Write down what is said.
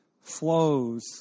flows